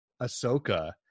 ahsoka